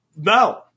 no